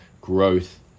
growth